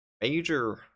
Major